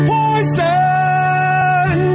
Poison